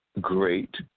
great